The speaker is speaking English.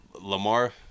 Lamar